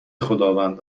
خداوند